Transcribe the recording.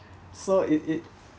so it it